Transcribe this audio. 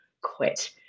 quit